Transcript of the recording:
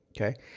Okay